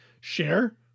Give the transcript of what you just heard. share